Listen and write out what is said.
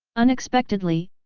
unexpectedly,